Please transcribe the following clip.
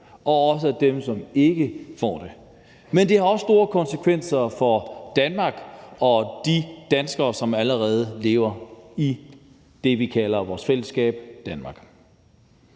og også dem, som ikke får det. Men det har også store konsekvenser for Danmark og de danskere, som allerede lever i det, vi kalder vores fællesskab, nemlig